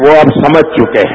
वो अब समझ चुके हैं